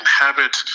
inhabit